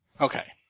Okay